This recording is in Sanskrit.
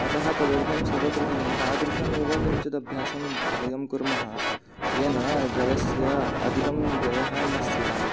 अतः तदर्थं सर्वप्रथमं तादृशमेव किञ्चित् अभ्यासं वयं कुर्मः येन जलस्य अधिकं व्ययः न स्यात्